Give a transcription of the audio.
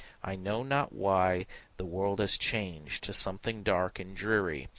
i know not why the world has changed to something dark and dreary,